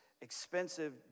expensive